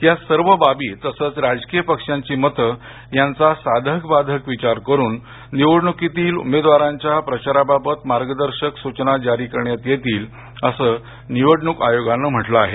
या सर्व बाबी तसंच राजकीय पक्षांची मतं यांचा साधक बाधक विचार करून निवडणुकीतील उमेदवारांच्या प्रचाराबाबत मार्गदर्शक सूचना जारी करण्यात येतील असं निवडणूक आयोगानं म्हंटल आहे